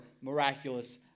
miraculous